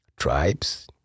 Tribes